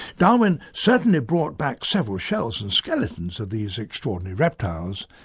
darwin certainly brought back several shells and skeletons of these extraordinary reptiles,